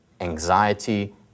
anxiety